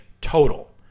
total